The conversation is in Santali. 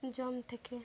ᱡᱚᱢ ᱛᱷᱮᱠᱮ